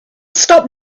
stop